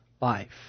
life